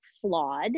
flawed